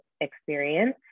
experience